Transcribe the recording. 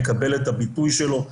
כדי שהנושא יקבל את הביטוי שלו.